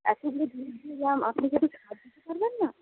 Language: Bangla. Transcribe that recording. এতোগুলো জিনিস নিলাম আপনি কি একটু ছাড় দিতে পারবেন না